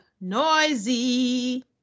noisy